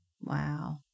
Wow